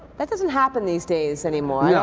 that doesn't happen these days anymore. yeah